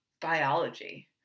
biology